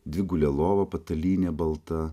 dvigulė lova patalynė balta